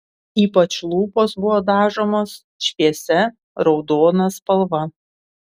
ypač lūpos buvo dažomos šviesia raudona spalva